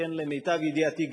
למיטב ידיעתי,